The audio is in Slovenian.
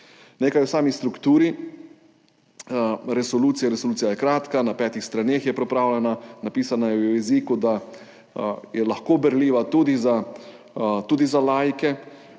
Nekaj o sami strukturi resolucije. Resolucija je kratka, na petih straneh je pripravljena. Napisana je v jeziku, da je lahko berljiv tudi za laike.